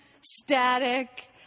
static